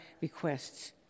requests